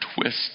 twist